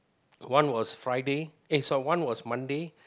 one was Friday sorry one was Monday